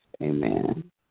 Amen